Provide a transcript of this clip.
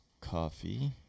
coffee